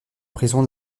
prison